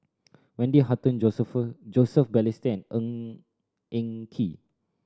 Wendy Hutton Joseph Joseph Balestier and Ng Eng Kee